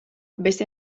beste